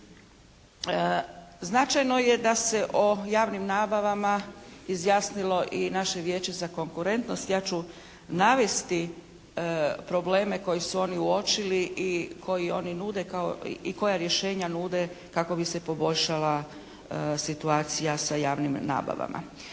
Značajno je da se o javnim nabavama izjasnilo i naše Vijeće za konkurentnost. Ja ću navesti probleme koji su oni uočili i koje one nudi, i koja rješenja nude kako bi se poboljšala situacija sa javnim nabavama.